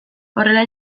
horrela